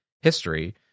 history